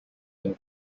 and